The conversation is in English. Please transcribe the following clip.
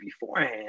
beforehand